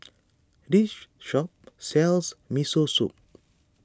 this shop sells Miso Soup